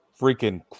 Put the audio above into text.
freaking